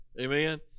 Amen